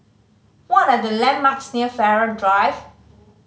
what are the landmarks near Farrer Drive